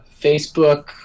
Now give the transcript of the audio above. Facebook